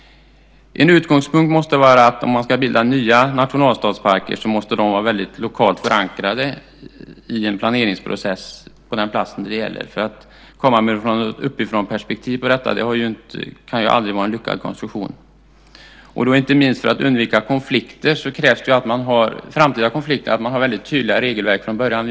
Om man ska bilda nya nationalstadsparker måste en utgångspunkt vara att de ska vara väldigt lokalt förankrade i planeringsprocessen på den plats det gäller. Att komma med ett uppifrånperspektiv på detta kan ju aldrig vara lyckat. Inte minst för att undvika framtida konflikter krävs det att man har väldigt tydliga regelverk från början.